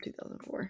2004